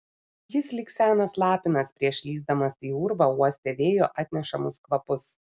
jis lyg senas lapinas prieš lįsdamas į urvą uostė vėjo atnešamus kvapus